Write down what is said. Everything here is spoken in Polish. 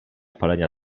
palenia